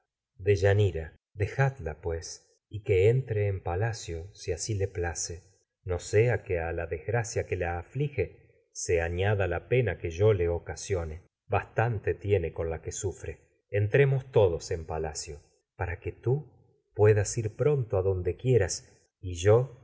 dejadla no y que entre en palacio le place la sea que la desgracia que la aflige con se añada pena que yo le ocasione bastante tiene todos en la que sufre enti emos ir palacio para que tú puedas de pronto adonde quieras y yo